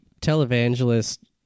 televangelist